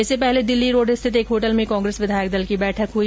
इससे पहले दिल्ली रोड़ स्थित एक होटल में कांग्रेस विधायक दल की बैठक हुई